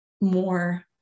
more